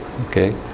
Okay